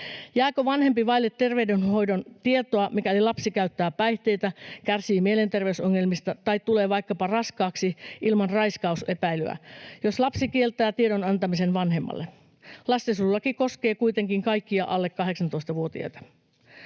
Jääkö vanhempi vaille terveydenhoidon tietoa, mikäli lapsi käyttää päihteitä, kärsii mielenterveysongelmista tai tulee vaikkapa raskaaksi ilman raiskausepäilyä, jos lapsi kieltää tiedon antamisen vanhemmalle? Lastensuojelulaki koskee kuitenkin kaikkia alle 18-vuotiaita.